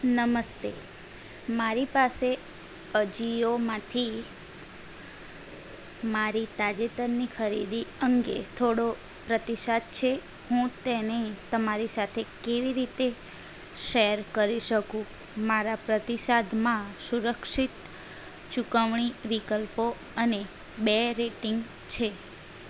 નમસ્તે મારી પાસે અજીઓમાંથી માંરી તાજેતરની ખરીદી અંગે થોડો પ્રતિસાદ છે હું તેને તમારી સાથે કેવી રીતે શેર કરી શકું મારા પ્રતિસાદમાં સુરક્ષિત ચૂકવણી વિકલ્પો અને બે રેટિંગ છે